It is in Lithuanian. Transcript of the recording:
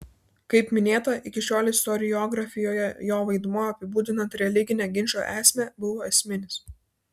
kaip minėta iki šiol istoriografijoje jo vaidmuo apibūdinant religinę ginčo esmę buvo esminis